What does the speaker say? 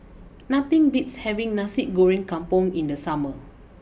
nothing beats having Nasi Goreng Kampung in the summer